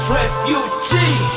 refugee